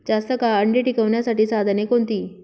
जास्त काळ अंडी टिकवण्यासाठी साधने कोणती?